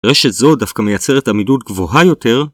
‫רשת זו דווקא מייצרת עמידות גבוהה יותר.